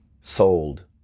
sold